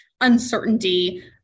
uncertainty